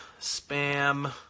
Spam